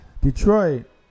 Detroit